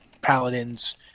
paladins